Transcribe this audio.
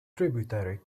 tributary